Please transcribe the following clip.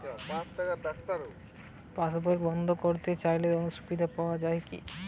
পাশ বই বন্দ করতে চাই সুবিধা পাওয়া যায় কি?